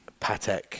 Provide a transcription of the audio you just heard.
Patek